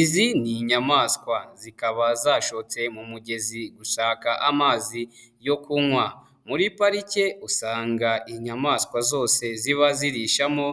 Izi ni inyamaswa zikaba zashotse mu mugezi gushaka amazi yo, kunywa muri parike usanga inyamaswa zose ziba zirishamo,